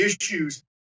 issues